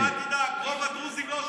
אל תדאג, רוב הדרוזים לא שם.